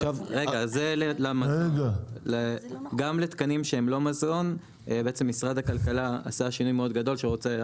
גם לתקנים שהם לא מזון משרד הכלכלה עשה שינוי מאוד גדול שהוא רוצה,